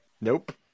Nope